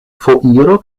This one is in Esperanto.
foiro